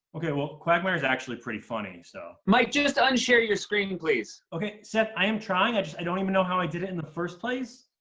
okay, well, quagmire's actually pretty funny, so. mike, just unshare your screen, please. okay. seth, i am trying. i just don't even know how i did it in the first place.